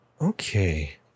Okay